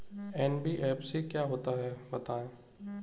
NBFC क्या होता है बताएँ?